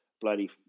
bloody